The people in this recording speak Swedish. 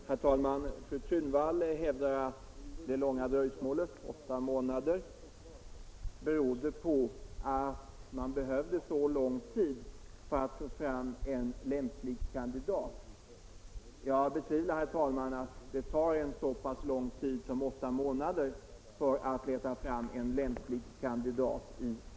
Herr talman! Fru Thunvall hävdar att det långa dröjsmålet — åtta månader — berodde på att man behövde så lång tid för att få fram en lämplig kandidat. Jag betvivlar dock att det skulle behöva ta så pass lång tid.